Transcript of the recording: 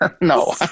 No